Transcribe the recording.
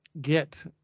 get